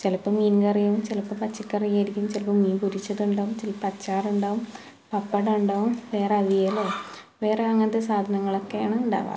ചിലപ്പം മീൻ കറിയും ചിലപ്പോൾ പച്ചക്കറി ആയിരിക്കും ചിലപ്പോൾ മീൻ പൊരിച്ചത് ഉണ്ടാവും ചിലപ്പോൾ അച്ചാർ ഉണ്ടാവും പപ്പടം ഉണ്ടാവും വേറെ അവിയലോ വേറെ അങ്ങനത്തെ സാധനങ്ങളൊക്കെയാണ് ഉണ്ടാവാറ്